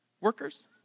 workers